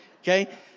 Okay